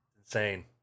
Insane